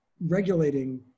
regulating